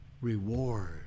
reward